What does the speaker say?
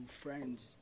Friends